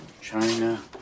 China